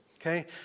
okay